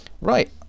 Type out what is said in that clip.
Right